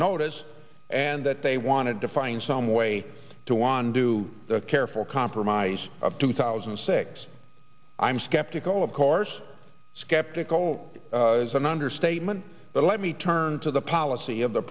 notice and that they wanted to find some way to one do the careful compromise of two thousand and six i'm skeptical of course skeptical is an understatement but let me turn to the policy of the